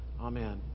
Amen